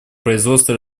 производства